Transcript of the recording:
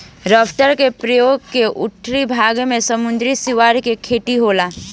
raft के प्रयोग क के उथला भाग में समुंद्री सिवार के खेती होला